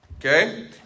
Okay